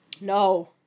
No